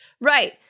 Right